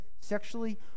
sexually